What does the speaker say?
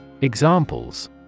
Examples